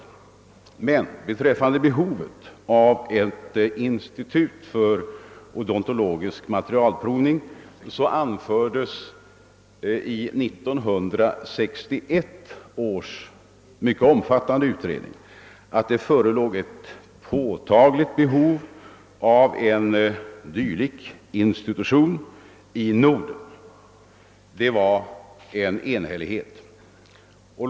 Beträffande behovet av ett institut för odontologisk materialprovning anfördes i 1961: års mycket omfattande utredning: att:det förelåg ett påtagligt behov av en dylik institution i Norden. Detta var en enhällig uppfattning.